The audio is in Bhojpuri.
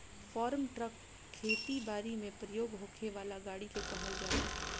फार्म ट्रक खेती बारी में प्रयोग होखे वाला गाड़ी के कहल जाला